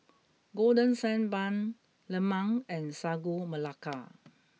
Golden Sand Bun Lemang and Sagu Melaka